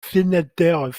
sénateurs